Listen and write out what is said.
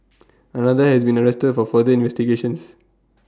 another has been arrested for further investigations